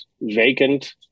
vacant